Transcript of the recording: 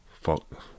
fuck